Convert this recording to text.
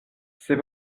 ses